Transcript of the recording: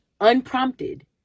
unprompted